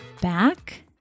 back